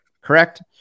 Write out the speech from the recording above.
Correct